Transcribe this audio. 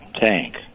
tank